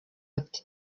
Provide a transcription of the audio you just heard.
ate